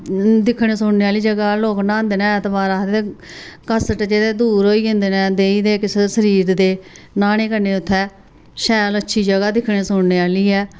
दिक्खने सुनने आह्ली जगह् लोग न्हांदे न ऐतवारें आखदे कश्ट जेह्डे़ दूर होई जंदे न देई दे जे किश शरीर दे न्हानै कन्नै उ'त्थें शैल अच्छी जगह् दिक्खने सुनने आह्ली ऐ